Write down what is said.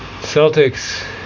Celtics